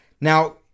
Now